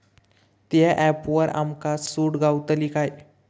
त्या ऍपवर आमका सूट गावतली काय?